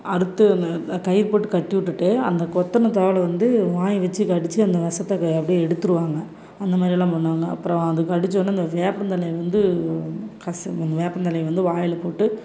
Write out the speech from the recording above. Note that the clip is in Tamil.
அறுத்து கயிறு போட்டு கட்டி விட்டுட்டு அந்த கொத்தின தாவில் வந்து வாயை வச்சி கடித்து அந்த விசத்த அப்படியே எடுத்துடுவாங்க அந்த மாதிரி எல்லாம் பண்ணுவாங்க அப்புறம் அது கடிச்சோடன அந்த வேப்பந்தலையை வந்து கச அந்த வேப்பந்தலையை வந்து வாயில் போட்டு